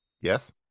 Yes